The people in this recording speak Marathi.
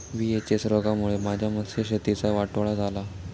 व्ही.एच.एस रोगामुळे माझ्या मत्स्यशेतीचा वाटोळा झाला